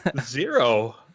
Zero